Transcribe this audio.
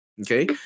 okay